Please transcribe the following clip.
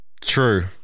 True